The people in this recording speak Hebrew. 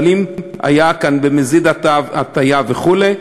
אבל אם הייתה כאן הטעיה במזיד וכו',